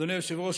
אדוני היושב-ראש,